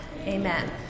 amen